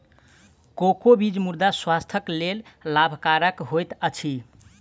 cocoa बीज गुर्दा स्वास्थ्यक लेल लाभकरक होइत अछि